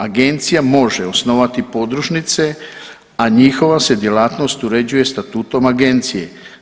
Agencija može osnovati podružnice, a njihova se djelatnost uređuje statutom agencije.